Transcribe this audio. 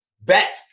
Bet